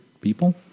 people